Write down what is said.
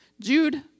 Jude